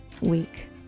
week